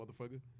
motherfucker